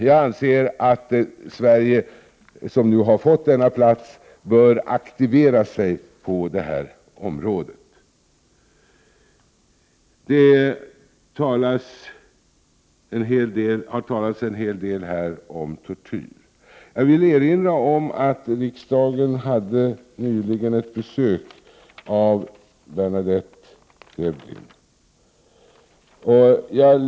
Jag anser att Sverige, som nu har fått plats i kommissionen, bör aktivera sig på det här området. Det har talats en hel del här om tortyr. Jag vill erinra om att riksdagen nyligen hade besök av Bernadette Devlin.